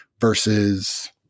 versus